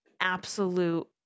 absolute